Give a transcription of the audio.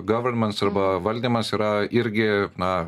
governance arba valdymas yra irgi na